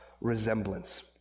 resemblance